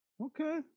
Okay